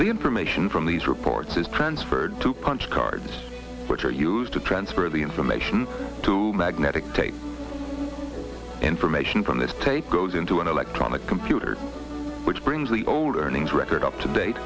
information from these reports is transferred to punch cards which are used to transfer the information to magnetic tape information from this tape goes into an electronic computer which brings the old earnings record up to date